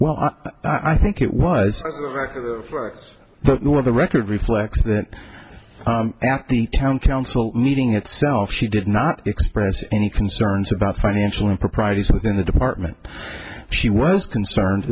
well i think it was one of the record reflects that at the town council meeting itself she did not experience any concerns about financial improprieties within the department she was concern